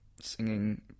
singing